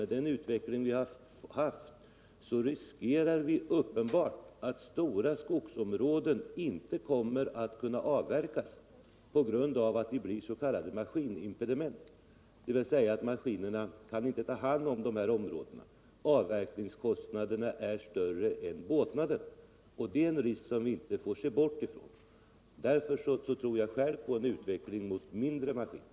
Med hittillsvarande metoder är det en uppenbar risk att stora skogsområden inte kommer att kunna avverkas på grund av att de blir s.k. maskinimpediment, dvs. områden som maskinerna inte kan ta hand om. Avverkningskostnaderna är större än båtnaden. Det är en risk som vi inte får bortse från. Därför tror jag själv på en utveckling mot mindre maskiner.